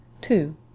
two